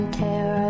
tear